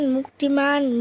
Muktiman